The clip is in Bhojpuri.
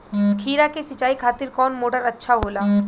खीरा के सिचाई खातिर कौन मोटर अच्छा होला?